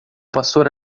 pastor